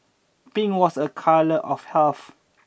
pink was a colour of health